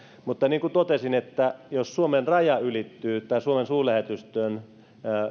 mutta niin kuin totesin jos suomen raja ylittyy tai suomen suurlähetystöön